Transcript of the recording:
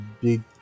big